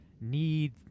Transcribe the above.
need